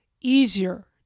easier